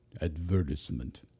Advertisement